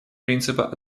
принципа